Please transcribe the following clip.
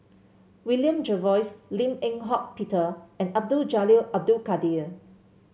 William Jervois Lim Eng Hock Peter and Abdul Jalil Abdul Kadir